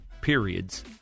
periods